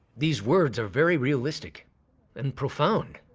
these words are very realistic and profound.